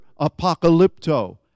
apocalypto